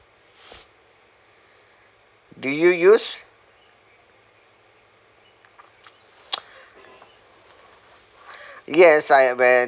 do you use yes yes I when